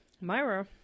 Myra